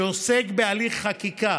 שעוסק בהליך חקיקה,